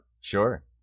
Sure